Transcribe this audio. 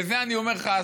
ואני אומר לך,